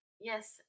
Yes